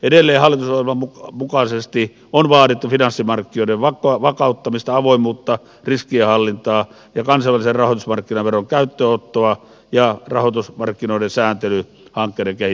edelleen hallitusohjelman mukaisesti on vaadittu finanssimarkkinoiden vakauttamista avoimuutta riskienhallintaa ja kansainvälisen rahoitusmarkkinaveron käyttöönottoa sekä rahoitusmarkkinoiden sääntelyhankkeiden kehittämistä